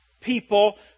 people